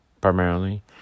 primarily